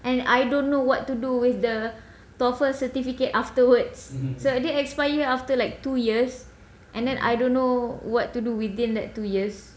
and I don't know what to do with the TOEFL certificate afterwards so dia expire after like two years and then I don't know what to do within that two years